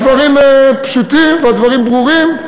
הדברים פשוטים והדברים ברורים,